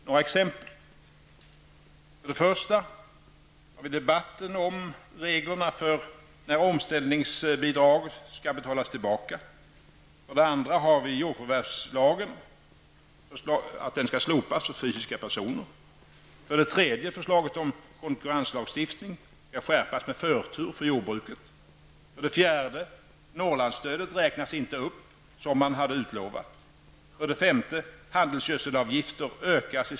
Några exempel är: 3. Konkurrenslagstiftningen skärps med förtur för jordbruket. 4. Norrlandsstödet räknas inte upp som utlovat.